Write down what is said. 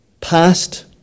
past